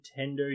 Nintendo